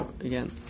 again